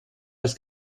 als